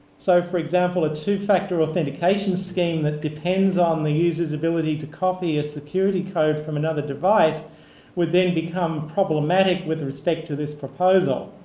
so, for example, a two factor authentication scheme that depends on the user's ability to copy a security code from another device would then become problematic with respect to this proposal.